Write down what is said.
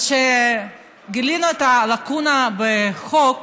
כשגילינו את הלקונה בחוק,